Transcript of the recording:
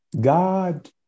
god